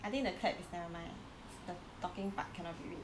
I think the clap is never mind ah is the talking part cannot be read